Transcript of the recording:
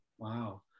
Wow